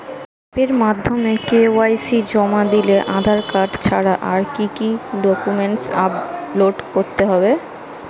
অ্যাপের মাধ্যমে কে.ওয়াই.সি জমা দিলে আধার কার্ড ছাড়া আর কি কি ডকুমেন্টস আপলোড করতে হবে?